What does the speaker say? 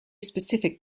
specific